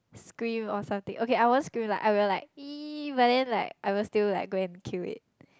scream or something okay I won't scream like I will like !ee! but then I like I will still go and kill it